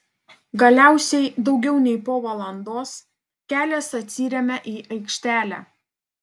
galiausiai daugiau nei po valandos kelias atsiremia į aikštelę